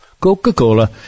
Coca-Cola